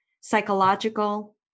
psychological